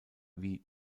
wie